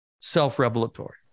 self-revelatory